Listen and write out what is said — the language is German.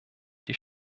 die